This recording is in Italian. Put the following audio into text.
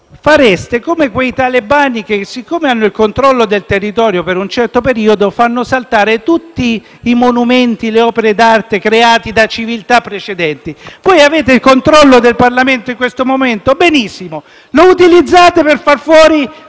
fareste come quei talebani che, siccome hanno il controllo del territorio per un certo periodo, fanno saltare tutti i monumenti e le opere d'arte realizzati da civiltà precedenti. Avete il controllo del Parlamento in questo momento? Benissimo; lo utilizzate per far fuori